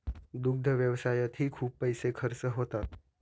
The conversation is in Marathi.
दुग्ध व्यवसायातही खूप पैसे खर्च होतात